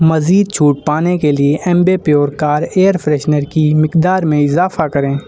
مزید چھوٹ پانے کے لیے Ambi Pur car air freshener کی مقدار میں اضافہ کریں